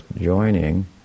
joining